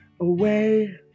away